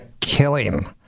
killing